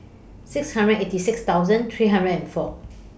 six hundred eighty six thousand three hundred and four